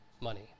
money